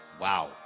Wow